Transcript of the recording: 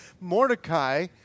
Mordecai